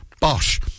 Bosch